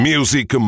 Music